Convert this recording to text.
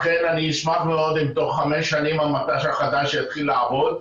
אכן אני אשמח מאוד אם תוך חמש שנים המט"ש החדש יתחיל לעבוד,